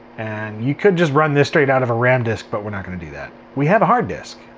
and you could just run this straight out of a ram disk, but we're not gonna do that. we have a hard disk.